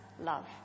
love